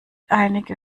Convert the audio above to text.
einige